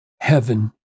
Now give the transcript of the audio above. heaven